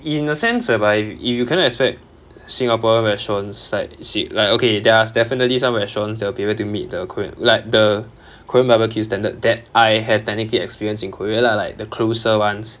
in a sense where by if you cannot expect singapore restaurants like se~ like okay there's definitely some restaurants that will be able to meet the ko~ like the korean barbecue standard that I have technically experienced in korea lah like the closer [ones]